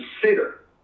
consider